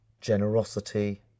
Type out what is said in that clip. generosity